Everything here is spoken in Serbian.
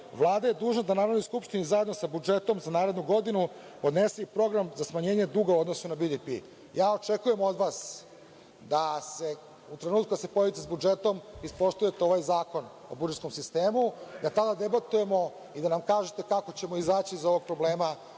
Vlada je dužna da Narodnoj skupštini zajedno sa budžetom za narednu godinu podnese program za smanjenje duga, odnosno BDP.Očekujem od vas da se u trenutku kada se pojavite sa budžetom ispoštujete ovaj Zakon o budžetskom sistemu, da tada debatujemo i da nam kažete kako ćemo izaći iz ovog problema